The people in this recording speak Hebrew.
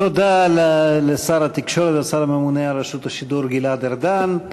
תודה לשר התקשורת והשר הממונה על רשות השידור גלעד ארדן.